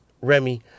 Remy